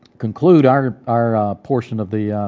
conclude our our portion of the